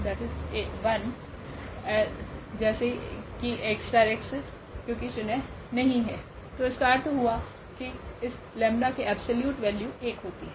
तो तो इसका अर्थ हुआ की इस 𝜆 की एब्सोल्यूट वैल्यू 1 होती है